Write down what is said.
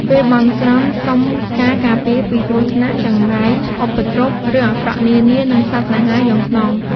គេបន់ស្រន់សុំការការពារ ពីគ្រោះថ្នាក់ ចង្រៃឧបទ្រព រឿងអាក្រក់នានា និងសត្វសាហាវយង់ឃ្នង។